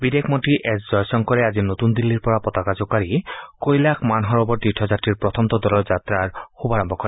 বিদেশ মন্ত্ৰী এছ জয়শংকৰে আজি নতুন দিল্লীৰ পৰা পতাকা জোকাৰি কৈলাশ মানসৰোবৰ তীৰ্থ যাত্ৰীৰ প্ৰথমটো দলৰ যাত্ৰাৰ শুভাৰম্ভ কৰে